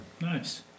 Nice